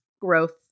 Growth